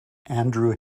andrew